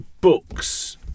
books